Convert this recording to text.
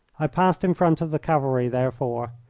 i passed in front of the cavalry, therefore,